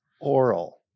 oral